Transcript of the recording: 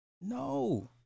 no